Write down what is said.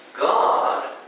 God